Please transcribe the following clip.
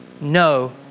no